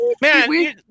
man